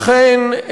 אכן,